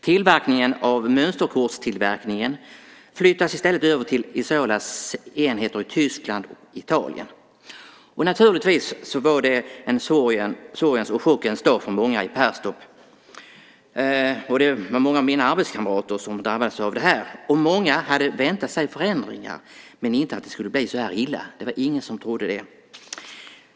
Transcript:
Tillverkningen av mönsterkort flyttades i stället över till Isolas enheter i Tyskland och Italien. Naturligtvis var det en sorgens och chockens dag för många i Perstorp. Det var många av mina arbetskamrater som drabbades av det här. Många hade väntat sig förändringar, men det var ingen som trodde att det skulle bli så här illa.